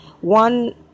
one